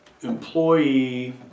employee